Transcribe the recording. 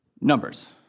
numbers